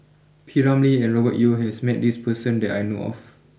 P Ramlee and Robert Yeo has met this person that I know of